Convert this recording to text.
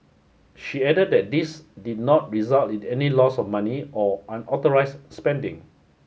she added that this did not result in any loss of money or unauthorized spending